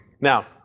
Now